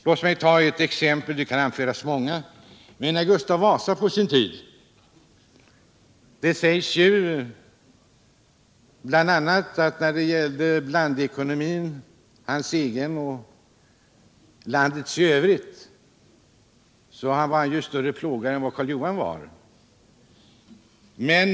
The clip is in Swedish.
Låt mig ta ett exempel. Det kan anföras många. Det sägs att Gustav Vasa när det gällde blandekonomin — hans egen och landets — var en större plåga än Karl Johan.